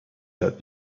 that